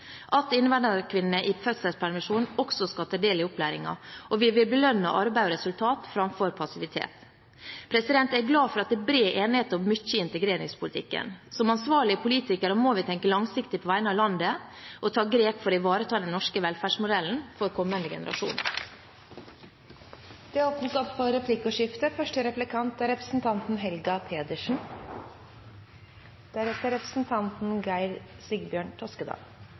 at innvandrerkvinner i fødselspermisjon også skal ta del i opplæringen, og vi vil belønne arbeid og resultat framfor passivitet. Jeg er glad for at det er bred enighet om mye i integreringspolitikken. Som ansvarlige politikere må vi tenke langsiktig på vegne av landet og ta grep for å ivareta den norske velferdsmodellen for kommende generasjoner. Det blir replikkordskifte. Det å kunne norsk og det å være i arbeid er helt avgjørende for